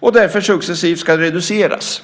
och därför successivt ska reduceras.